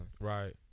right